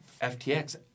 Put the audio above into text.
FTX